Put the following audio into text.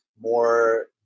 more